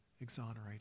exonerated